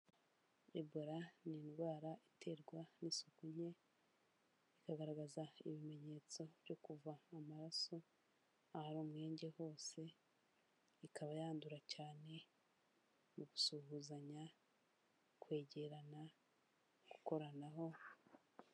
Ebola ni indwara iterwa n'isuku nke ikagaragaza ibimenyetso byo kuva amaraso ahari umwenge hose, ikaba yandura cyane mu gusuhuzanya, kwegerana, gukoranaho.